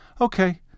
Okay